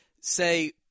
say